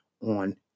on